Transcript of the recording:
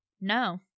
No